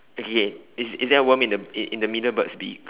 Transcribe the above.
okay K is is there worm in the in in the middle bird's beak